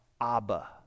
Abba